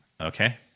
Okay